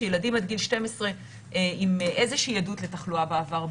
ילדים עד גיל 12 עם איזושהי עדות לתחלואה בעבר,